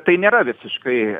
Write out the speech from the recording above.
tai nėra visiškai